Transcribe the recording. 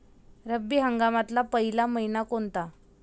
रब्बी हंगामातला पयला मइना कोनता?